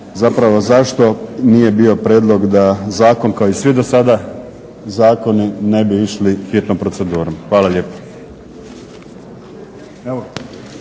zapravo zašto nije bio prijedlog da zakon kao i svi dosada zakoni ne bi išli u hitnu proceduru. Hvala lijepa.